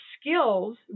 skills